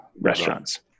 restaurants